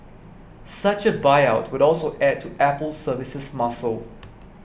such a buyout would also add to Apple's services muscle